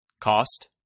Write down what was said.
Cost